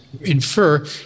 infer